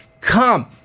Come